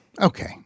Okay